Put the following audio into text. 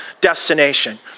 destination